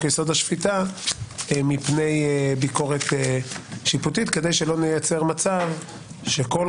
יסוד השפיטה מפני ביקורת שיפוטית כדי שלא נייצר מצב שכל